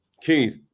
Keith